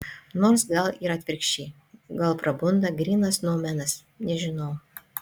nors gal ir atvirkščiai gal prabunda grynas noumenas nežinau